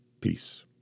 Peace